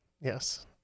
Yes